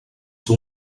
ser